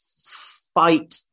fight